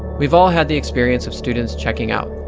we've all had the experience of students checking out,